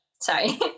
sorry